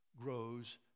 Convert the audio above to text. grows